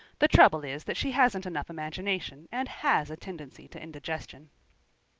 the trouble is that she hasn't enough imagination and has a tendency to indigestion.